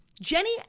Jenny